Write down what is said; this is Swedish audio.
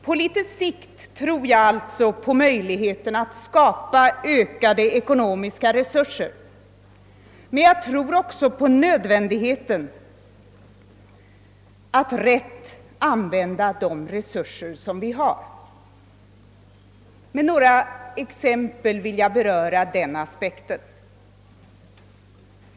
På litet längre sikt tror jag alltså på möjligheten att skapa ökade ekonomiska resurser, men jag tror också på nödvändigheten att rätt använda de resurser som vi har. Med några exempel vill jag belysa denna aspekt.